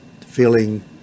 feeling